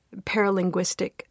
paralinguistic